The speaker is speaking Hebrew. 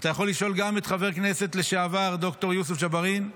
אתה יכול לשאול גם את חבר הכנסת לשעבר ד"ר יוסף ג'בארין,